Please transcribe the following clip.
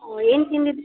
ಹ್ಞೂ ಏನು ತಿಂದಿದ್ದು